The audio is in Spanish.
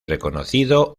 reconocido